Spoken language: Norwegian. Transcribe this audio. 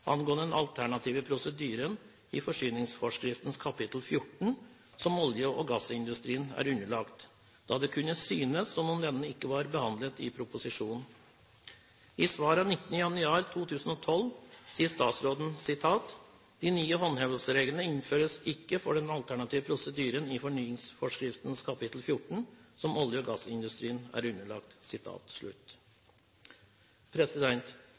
angående den alternative prosedyren i forsyningsforskriftens kapittel 14, som olje- og gassindustrien er underlagt, da det kunne synes som om denne ikke var behandlet i proposisjonen. I svar av 19. januar 2012 sier statsråden: «De nye håndhevelsesreglene innføres ikke for den alternative prosedyren i forsyningsforskriftens kapittel 14, som olje- og gassindustrien er underlagt.»